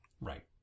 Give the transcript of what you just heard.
Right